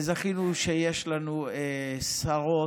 וזכינו שיש לנו שרות